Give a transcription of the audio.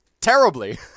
terribly